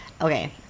Okay